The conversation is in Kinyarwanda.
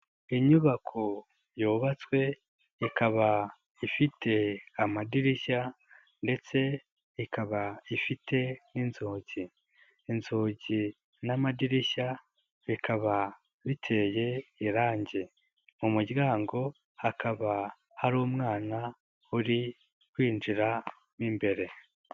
Inyubako yubatswe, ikaba ifite amadirishya ndetse ikaba ifite n'inzugi, inzugi n'amadirishya bikaba biteye irangi, mu muryango hakaba hari umwana uri kwinjiramo imbere.